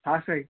हा साईं